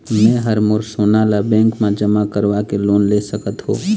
मैं हर मोर सोना ला बैंक म जमा करवाके लोन ले सकत हो?